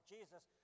Jesus